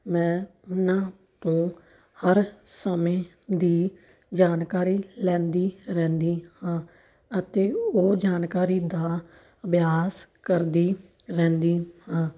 ਮੈਂ ਇਹਨਾਂ ਤੋਂ ਹਰ ਸਮੇਂ ਦੀ ਜਾਣਕਾਰੀ ਲੈਂਦੀ ਰਹਿੰਦੀ ਹਾਂ ਅਤੇ ਉਹ ਜਾਣਕਾਰੀ ਦਾ ਅਭਿਆਸ ਕਰਦੀ ਰਹਿੰਦੀ ਹਾਂ